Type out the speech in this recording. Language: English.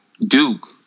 Duke